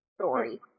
story